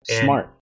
Smart